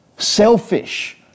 selfish